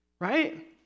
Right